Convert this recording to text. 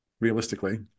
realistically